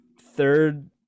third –